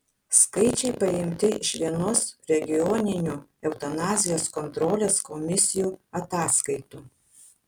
skaičiai paimti iš vienos regioninių eutanazijos kontrolės komisijų ataskaitų